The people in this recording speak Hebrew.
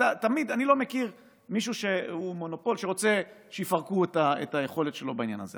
אני לא מכיר מישהו שהוא מונופול שרוצה שיפרקו את היכולת שלו בעניין הזה.